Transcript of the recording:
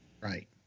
Right